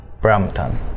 Brampton